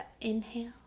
inhale